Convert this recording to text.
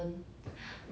greenland